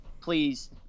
please